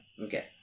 Okay